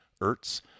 Ertz